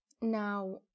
Now